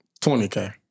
20K